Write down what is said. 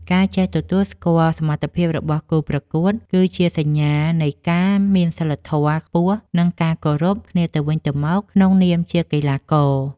ការចេះទទួលស្គាល់សមត្ថភាពរបស់គូប្រកួត គឺជាសញ្ញានៃការមានសីលធម៌ខ្ពស់ និងការគោរពគ្នាទៅវិញទៅមកក្នុងនាមជាកីឡាករ។